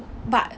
but